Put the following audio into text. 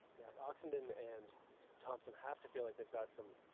yeah oxenden and thompson have to feel like they've got some.